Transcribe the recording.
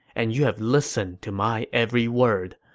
and you have listened to my every word.